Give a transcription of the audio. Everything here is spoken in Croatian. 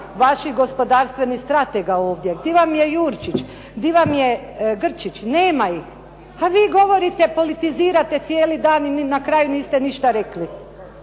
vaših gospodarstvenih stratega ovdje? Gdje vam je Jurčić? Gdje vam je Grčić? Nema ih. A vi govorite, politizirate cijeli dan i na kraju niste ništa rekli.